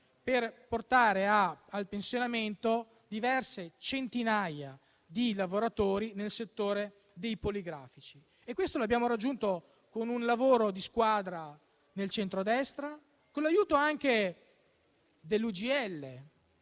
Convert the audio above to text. per portare al pensionamento diverse centinaia di lavoratori nel settore dei poligrafici. Questo obiettivo lo abbiamo raggiunto con un lavoro di squadra nel centrodestra, con l'aiuto anche dell'UGL,